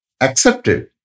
accepted